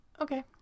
Okay